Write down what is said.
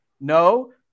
No